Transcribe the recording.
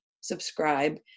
subscribe